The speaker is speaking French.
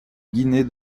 guinée